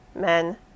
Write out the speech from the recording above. men